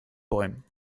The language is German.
bäumen